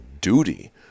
duty